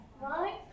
right